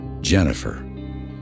Jennifer